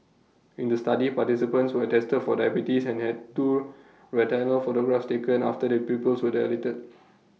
in the study participants were tested for diabetes and had two retinal photographs taken after their pupils were dilated